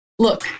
Look